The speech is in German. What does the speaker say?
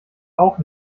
auch